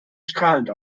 strahlend